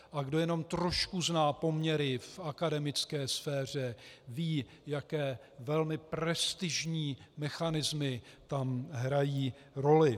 A kdo jenom trošku zná poměry v akademické sféře, ví, jaké velmi prestižní mechanismy tam hrají roli.